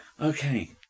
Okay